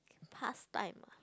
pastime ah